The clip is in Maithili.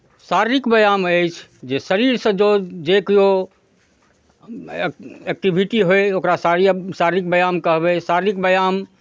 शारीरिक व्यायाम अछि जे शरीरसँ जँ जे केओ एक्ट एक्टिभिटी होय ओकरा शारि शारीरिक व्यायाम कहबै शारीरिक व्यायाम